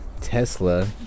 Tesla